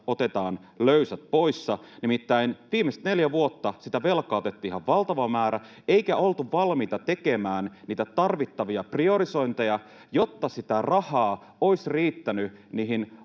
Otetaan löysät pois, nimittäin viimeiset neljä vuotta velkaa otettiin ihan valtava määrä eikä oltu valmiita tekemään tarvittavia priorisointeja, jotta rahaa olisi riittänyt valtion